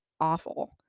awful